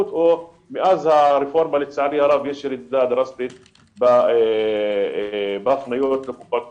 מאז הרפורמה לצערי הרב יש ירידה דרסטית בהפניות לקופת חולים.